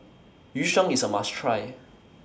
Yu Sheng IS A must Try